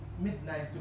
midnight